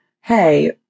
Hey